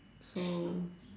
so